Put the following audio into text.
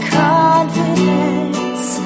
confidence